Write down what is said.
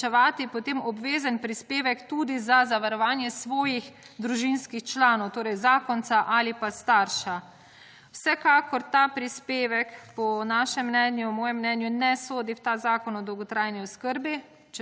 plačevati po tem obvezen prispevek tudi za zavarovanje svojih družinskih članov torej zakonca ali pa starša. Vsekakor ta prispevek po našem mnenju, mojem mnenju ne sodi v ta Zakon o dolgotrajni oskrbi